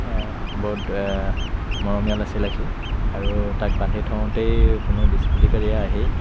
বহুত মৰমীয়াল আছিলে সি আৰু তাক বান্ধি থওঁতেই কোনো দুষ্কৃতিকাৰীয়ে আহি